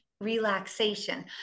relaxation